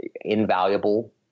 invaluable